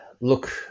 Look